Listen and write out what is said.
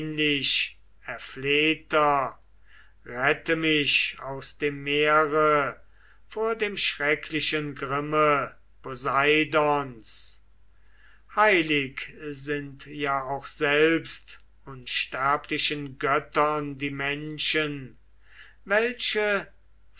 erflehter rette mich aus dem meer vor dem schrecklichen grimme poseidons heilig sind ja auch selbst unsterblichen göttern die menschen welche